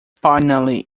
finally